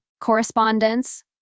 correspondence